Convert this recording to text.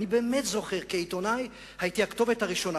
אני זוכר שכעיתונאי הייתי הכתובת הראשונה.